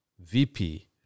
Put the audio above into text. VP